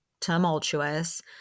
tumultuous